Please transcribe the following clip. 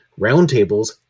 roundtables